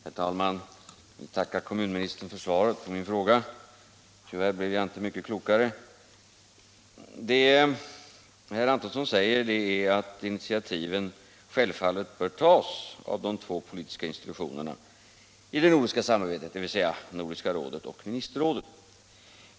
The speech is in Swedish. Herr talman! Jag tackar kommunministern för svaret på min fråga. Tyvärr blev jag inte mycket klokare av det. Vad herr Antonsson säger är att initiativen självfallet bör tas av de två politiska institutionerna i det nordiska samarbetet, dvs. Nordiska rådet och ministerrådet.